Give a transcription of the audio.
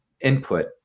input